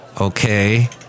Okay